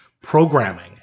programming